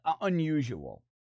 unusual